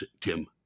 Tim